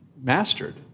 mastered